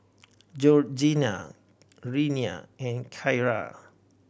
Georgiana Renea and Kyra